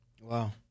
Wow